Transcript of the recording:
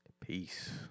Peace